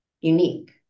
unique